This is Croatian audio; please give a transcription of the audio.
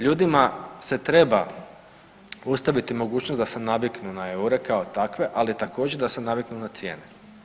Ljudima se treba ostaviti mogućnost da se naviknu na eure kao takve, ali također da se naviknu na cijene.